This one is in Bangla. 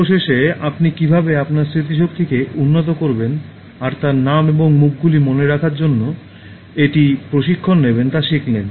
সর্বশেষে আপনি কীভাবে আপনার স্মৃতিশক্তিকে উন্নত করবেন আর নাম এবং মুখগুলি মনে রাখার জন্য এটি প্রশিক্ষণ নেবেন তা শিখলেন